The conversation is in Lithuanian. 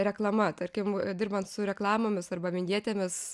reklama tarkim dirbant su reklamomis arba vinjetėmis